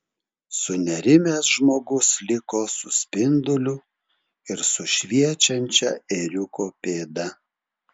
sunerimęs žmogus liko su spinduliu ir su šviečiančia ėriuko pėda